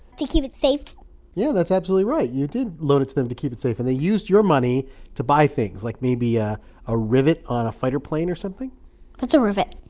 to keep it safe yeah. that's absolutely right. you did loan it to them to keep it safe. and they used your money to buy things like, maybe, ah a rivet on a fighter plane or something what's a rivet?